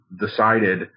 decided